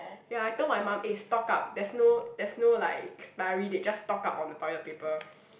ya I told my mum eh stock up there's no there's no like expiry date just stock up on the toilet paper